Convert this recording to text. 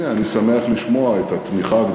רק לא על